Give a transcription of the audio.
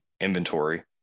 inventory